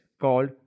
called